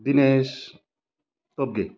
Dinesh Topge